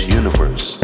universe